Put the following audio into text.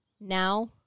now